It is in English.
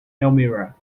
elmira